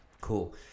cool